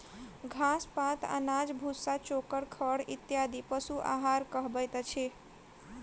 घास, पात, अनाज, भुस्सा, चोकर, खड़ इत्यादि पशु आहार कहबैत अछि